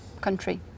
country